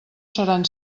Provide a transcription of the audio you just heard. seran